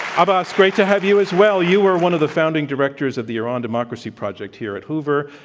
abbas, great to have you as well. you were one of the founding directors of the iran democracy project here at hoover.